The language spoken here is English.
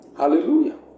Hallelujah